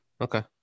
Okay